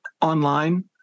online